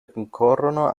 concorrono